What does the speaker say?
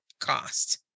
cost